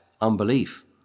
unbelief